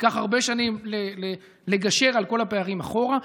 ייקח הרבה שנים לגשר על כל הפערים אחורה.